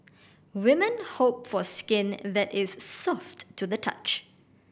women hope for skin that is soft to the touch